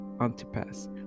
Antipas